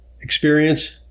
experience